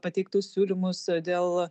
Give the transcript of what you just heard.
pateiktus siūlymus dėl